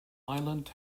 island